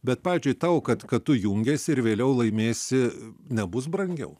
bet pavyzdžiui tau kad kad tu jungiesi ir vėliau laimėsi nebus brangiau